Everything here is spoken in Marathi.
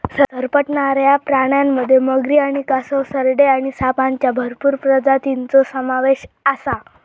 सरपटणाऱ्या प्राण्यांमध्ये मगरी आणि कासव, सरडे आणि सापांच्या भरपूर प्रजातींचो समावेश आसा